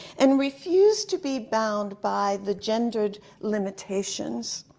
and refused to be bound by the gendered limitations.